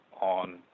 on